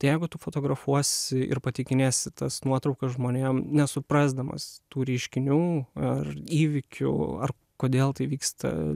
tai jeigu nufotografuosi ir pateikinėsi tas nuotraukas žmonėm nesuprasdamas tų reiškinių ar įvykių ar kodėl tai vyksta